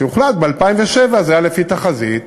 כשהוחלט ב-2007 זה היה לפי תחזית,